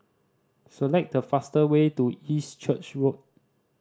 select the fast way to East Church Road